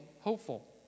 hopeful